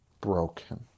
broken